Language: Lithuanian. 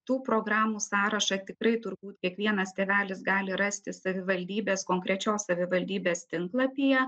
tų programų sąrašą tikrai turbūt kiekvienas tėvelis gali rasti savivaldybės konkrečios savivaldybės tinklapyje